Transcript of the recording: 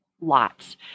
lots